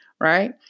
Right